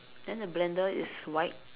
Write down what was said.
then the blender is white